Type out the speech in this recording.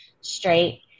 straight